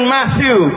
Matthew